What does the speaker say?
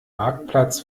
marktplatz